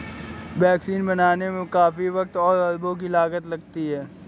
vaccine बनाने में काफी वक़्त और अरबों की लागत लगती है